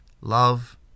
love